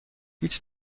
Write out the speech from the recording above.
هیچ